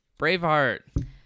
Braveheart